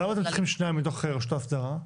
אבל למה אתם צריכים שניים מתוך רשות ההסדרה?